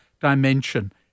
dimension